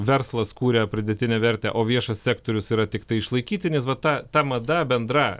verslas kuria pridėtinę vertę o viešas sektorius yra tiktai išlaikytinis va ta ta mada bendra